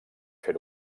fer